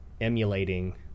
emulating